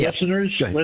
listeners